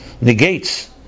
negates